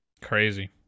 Crazy